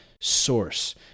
source